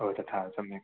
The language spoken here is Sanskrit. ओ तथा सम्यक्